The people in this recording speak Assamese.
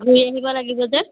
ঘূৰি আহিব লাগিব যে